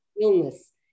illness